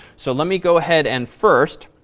so let me go ahead and first,